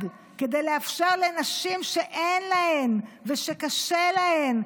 כדי לאפשר לנשים שאין להן ושקשה להן,